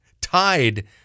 tied